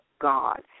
God